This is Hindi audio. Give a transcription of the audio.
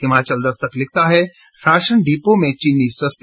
हिमाचल दस्तक लिखता है राशन डिपो में चीनी सस्ती